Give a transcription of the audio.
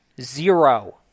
Zero